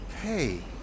Hey